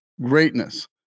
greatness